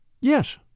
Yes